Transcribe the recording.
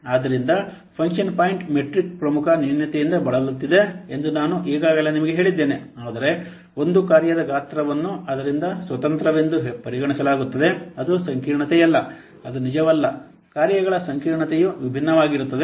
ಆದ್ದರಿಂದ function point metric ಪ್ರಮುಖ ನ್ಯೂನತೆಯಿಂದ ಬಳಲುತ್ತಿದೆ ಎಂದು ನಾನು ಈಗಾಗಲೇ ನಿಮಗೆ ಹೇಳಿದ್ದೇನೆ ಅಂದರೆ ಒಂದು ಕಾರ್ಯದ ಗಾತ್ರವನ್ನು ಅದರಿಂದ ಸ್ವತಂತ್ರವೆಂದು ಪರಿಗಣಿಸಲಾಗುತ್ತದೆ ಅದು ಸಂಕೀರ್ಣತೆಯಲ್ಲ ಅದು ನಿಜವಲ್ಲ ಕಾರ್ಯಗಳ ಸಂಕೀರ್ಣತೆಯು ವಿಭಿನ್ನವಾಗಿರುತ್ತದೆ